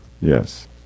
Yes